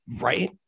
Right